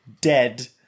dead